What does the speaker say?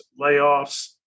layoffs